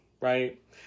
right